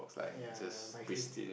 yea my fringe